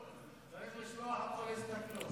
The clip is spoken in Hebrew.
צריך לשלוח אותו להסתכלות.